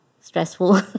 stressful